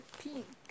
pink